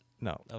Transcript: No